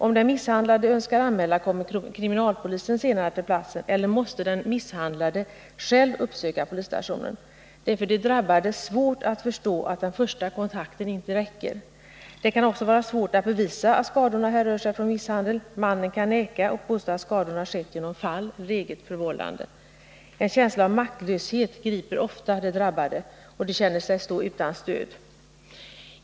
Om den misshandlade önskar anmäla kommer kriminalpolisen senare till platsen eller måste den misshandlade själv uppsöka polisstationen. Det är för de drabbade svårt att förstå att den första kontakten inte räcker. Det kan också vara svårt att bevisa att skadorna härrör från misshandel. Mannen kan neka och påstå att skadorna skett genom fall och eget förvållande. En känsla av maktlöshet griper ofta de drabbade, och de känner sig stå utan stöd.